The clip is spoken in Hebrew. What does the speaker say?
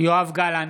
יואב גלנט,